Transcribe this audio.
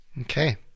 Okay